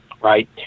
right